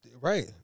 Right